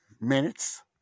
minutes